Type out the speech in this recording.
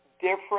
different